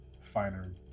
finer